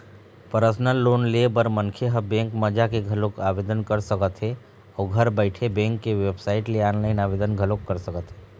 personal loan ले बर मनखे ह बेंक म जाके घलोक आवेदन कर सकत हे अउ घर बइठे बेंक के बेबसाइट ले ऑनलाईन आवेदन घलोक कर सकत हे